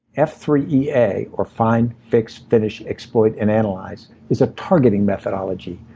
f three e a, or find, fix, finish, exploit, and analyze is a targeting methodology.